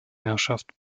herrschaft